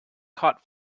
caught